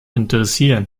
interessieren